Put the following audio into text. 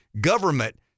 government